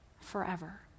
forever